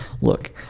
Look